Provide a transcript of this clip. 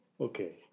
Okay